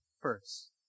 first